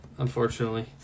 unfortunately